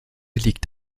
liegt